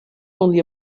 only